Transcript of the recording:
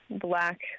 black